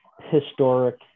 historic